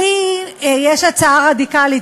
לי יש הצעה רדיקלית,